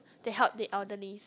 to help the elderlies